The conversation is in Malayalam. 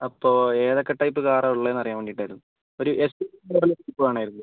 അപ്പോൾ ഏതൊക്കെ ടൈപ്പ് കാർ ആണ് ഉള്ളത് എന്നറിയാൻ വേണ്ടിയിട്ടായിരുന്നു ഒരു S U V model jeep വേണമായിരുന്നു